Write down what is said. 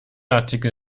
artikel